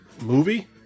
movie